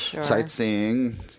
sightseeing